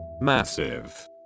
massive